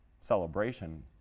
celebration